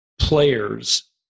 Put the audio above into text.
players